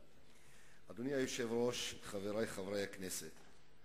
היושב-ראש, חברי חברי הכנסת,